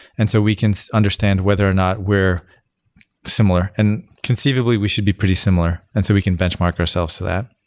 and so, we can understand whether or not we're similar. and conceivably, we should be pretty similar. and so we can benchmark ourselves to that.